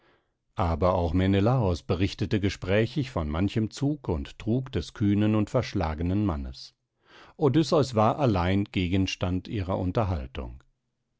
aber auch menelaos berichtete gesprächig von manchem zug und trug des kühnen und verschlagenen mannes odysseus war allein gegenstand ihrer unterhaltung